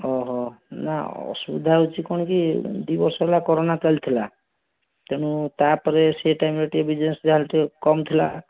ଓହୋ ନା ଅସୁବିଧା ହେଉଛି କଣ କି ଦି ବର୍ଷ ହେଲା କରୋନା ଚାଲିଥିଲା ତେଣୁ ତାପରେ ସେ ଟାଇମରେ ଟିକିଏ ବିଜନେସ ଯାହାହେଲେ ଟିକେ କମ୍ ଥିଲା